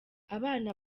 abana